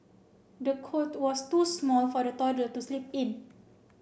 the cot was too small for the toddler to sleep in